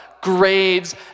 grades